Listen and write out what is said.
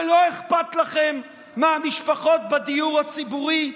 שלא אכפת לכם מהמשפחות בדיור הציבורי?